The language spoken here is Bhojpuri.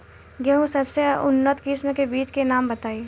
गेहूं के सबसे उन्नत किस्म के बिज के नाम बताई?